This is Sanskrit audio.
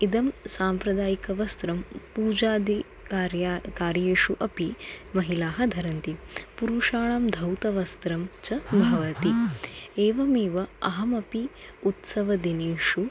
इदं साम्प्रदायिकवस्त्रं पूजादि कार्यं कार्येषु अपि महिलाः धरन्ति पुरुषाणां धौतवस्त्रं च भवति एवमेव अहमपि उत्सवदिनेषु